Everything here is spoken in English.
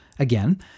Again